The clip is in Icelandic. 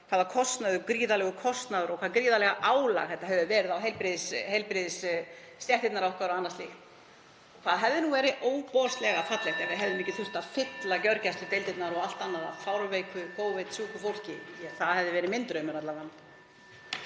hvaða gríðarlegi kostnaður og hvað gríðarlega álag þetta hefur verið á heilbrigðisstéttirnar okkar og annað slíkt. Það hefði nú verið ofboðslega fallegt ef við hefðum ekki þurft að fylla gjörgæsludeildirnar og allt annað af fárveiku Covid-sjúku fólki. Það hefði verið minn draumur alla vega.